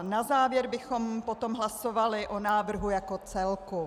Na závěr bychom potom hlasovali o návrhu jako celku.